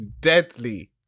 deadly